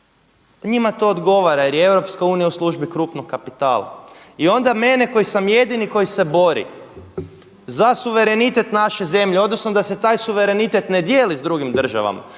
njima to odgovara jer je Europska unija u službi krupnog kapitala i onda mene koji sam jedini koji se bori za suverenitet naše zemlje odnosno da se taj suverenitet ne dijeli s drugim državama,